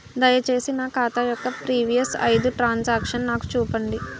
దయచేసి నా ఖాతా యొక్క ప్రీవియస్ ఐదు ట్రాన్ సాంక్షన్ నాకు చూపండి